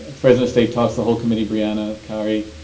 fresno state talks, the whole committee, breanne, and carrie,